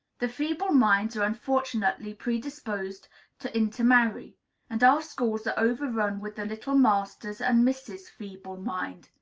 the feeble minds are unfortunately predisposed to intermarry and our schools are overrun with the little masters and misses feeble mind.